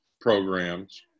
programs